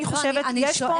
אני חושבת שיש פה --- לא,